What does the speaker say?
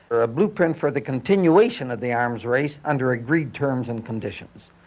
they're a blueprint for the continuation of the arms race under agreed terms and conditions.